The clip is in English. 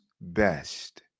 best